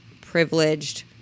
privileged